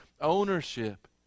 ownership